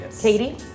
Katie